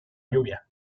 lluvia